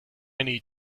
need